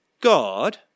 God